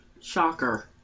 Shocker